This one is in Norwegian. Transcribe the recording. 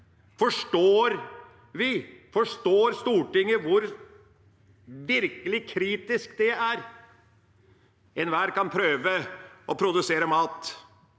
Forstår vi, forstår Stortinget hvor kritisk det virkelig er? Enhver kan prøve å produsere mat.